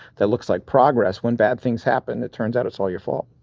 that looks like progress, when bad things happen, it turns out it's all your fault.